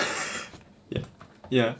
ya ya